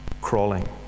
crawling